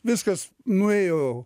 viskas nuėjo